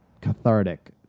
cathartic